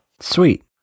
Sweet